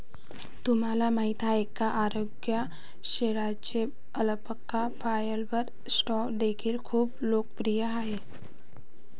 तुम्हाला माहिती आहे का अंगोरा शेळ्यांचे अल्पाका फायबर स्टॅम्प देखील खूप लोकप्रिय आहेत